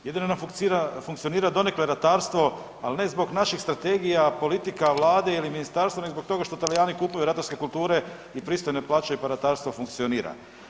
Jedino nam funkcionira donekle ratarstva, ali ne zbog naših strategija, politika, Vlade ili ministarstva, nego zato što Talijani kupuju ratarske kulture i pristojno plaćaju pa ratarstvo funkcionira.